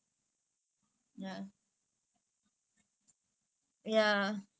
oh okay okay but I have to come for the recording [what] அதுனால தான்:athunaala thaan